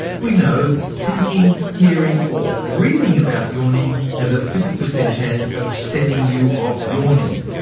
we know that thinking, hearing or reading about yawning has a fifty per cent chance of setting you off yawning.